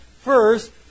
First